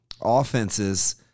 offenses